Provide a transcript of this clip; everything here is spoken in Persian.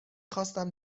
خواستم